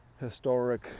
historic